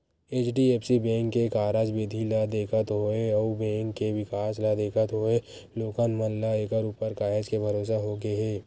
HDFC bank के कारज बिधि ल देखत होय अउ ए बेंक के बिकास ल देखत होय लोगन मन ल ऐखर ऊपर काहेच के भरोसा होगे हे